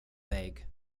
weg